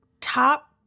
top